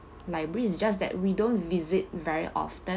libraries it's just that we don't visit very often